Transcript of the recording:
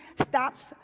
stops